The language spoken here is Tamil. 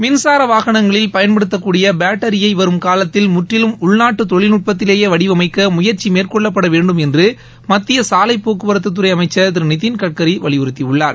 மின்சார வாகனங்களில் பயன்படுத்தக்கூடிய பேட்டரியை வரும் தொழில்நுட்பத்திலேயே வடிவமைக்க முயற்சி மேற்கொள்ளப்பட வேண்டும் என்று மத்திய சாலைப் போக்குவரத்து துறை அமைச்சர் திரு நிதின் கட்கரி வலியுறுத்தியுள்ளார்